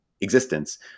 existence